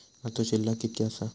आजचो शिल्लक कीतक्या आसा?